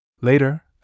Later